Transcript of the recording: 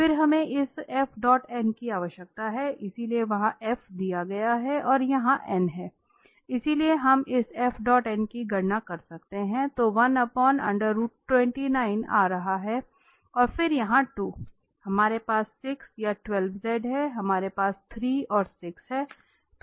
फिर हमें भी इस की आवश्यकता है इसलिए वहां दिया गया है और यहां है इसलिए हम इस की गणना कर सकते हैं तो आ रहा है और फिर यहां 2 हमारे पास 6 या 12 z है हमारे पास 3 और फिर 6 है